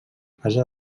casa